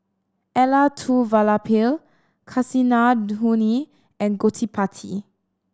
Elattuvalapil Kasinadhuni and Gottipati